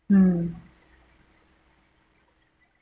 mm